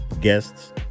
guests